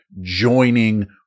joining